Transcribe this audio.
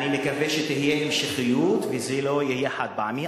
אני מקווה שתהיה המשכיות וזה לא יהיה חד-פעמי,